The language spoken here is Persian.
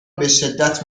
بشدت